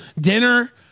dinner